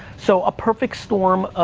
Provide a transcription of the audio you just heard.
so a perfect storm